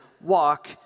walk